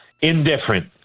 Indifferent